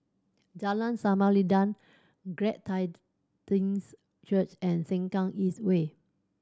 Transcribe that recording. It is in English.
Jalan Samarinda Glad Church and Sengkang East Way